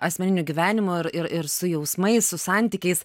asmeniniu gyvenimu ir ir su jausmais su santykiais